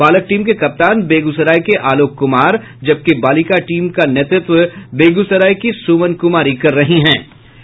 बालक टीम के कप्तान बेगूसराय के आलोक कुमार जबकि बालिका टीम का नेतृत्व बेगूसराय की सुमन कुमारी कर रही हे